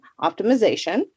optimization